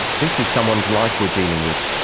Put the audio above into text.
this is someone's life we're dealing with.